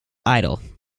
idle